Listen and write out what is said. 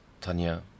Tanya